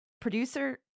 producer